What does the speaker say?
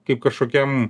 kaip kažkokiam